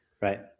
right